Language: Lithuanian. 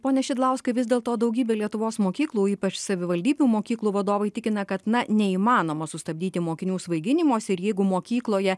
pone šidlauskai vis dėlto daugybė lietuvos mokyklų ypač savivaldybių mokyklų vadovai tikina kad na neįmanoma sustabdyti mokinių svaiginimosi ir jeigu mokykloje